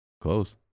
Close